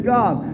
God